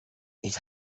comes